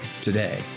today